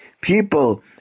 people